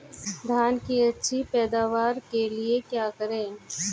धान की अच्छी पैदावार के लिए क्या करें?